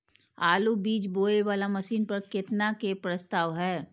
आलु बीज बोये वाला मशीन पर केतना के प्रस्ताव हय?